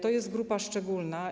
To jest grupa szczególna.